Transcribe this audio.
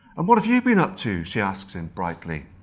and what have you been up to? she asks him, brightly.